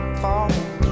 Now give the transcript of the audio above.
falling